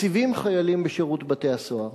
מציבים חיילים בשירות בתי-הסוהר